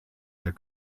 der